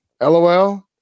LOL